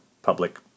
Public